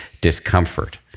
discomfort